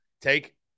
Take